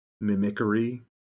mimicry